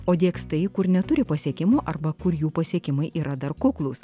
o diegs tai kur neturi pasiekimų arba kur jų pasiekimai yra dar kuklūs